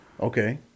Okay